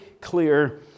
clear